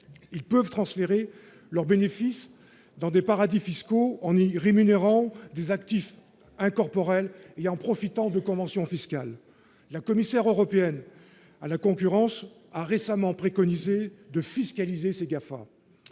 ils peuvent transférer leurs bénéfices dans des paradis fiscaux, on y rémunérant des actifs incorporels et en profitant de conventions fiscales, la commissaire européenne à la Concurrence a récemment préconisé de fiscaliser Sega,